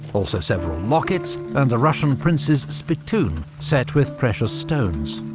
also several lockets and a russian prince's spittoon, set with precious stones.